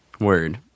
Word